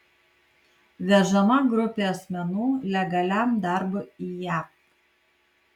vežama grupė asmenų legaliam darbui į jav